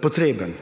potreben.